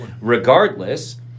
Regardless